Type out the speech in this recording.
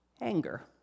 anger